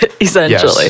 essentially